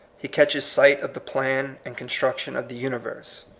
he catches sight of the plan and construction of the universe.